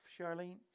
Charlene